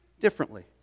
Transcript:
differently